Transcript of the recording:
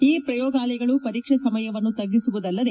ಈ ಪ್ರಯೋಗಾಲಯಗಳು ಪರೀಕ್ಷೆ ಸಮಯವನ್ನು ತ್ಗುಸುವುದಲ್ಲದೆ